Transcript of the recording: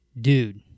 dude